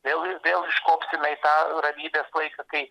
vėl ir vėl užkopsime į tą ramybės laiką kai